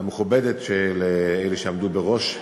המכובדת של אלה שעמדו בראש.